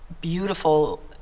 beautiful